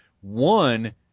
one